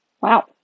Wow